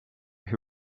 who